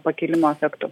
pakilimo efektu